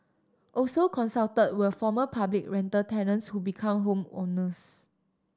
also consulted were former public rental tenants who become home owners